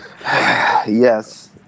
Yes